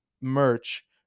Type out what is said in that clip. merch